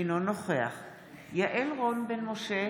אינו נוכח יעל רון בן משה,